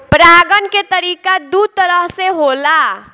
परागण के तरिका दू तरह से होला